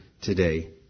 today